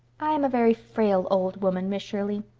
i am a very frail old woman, miss shirley.